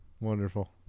Wonderful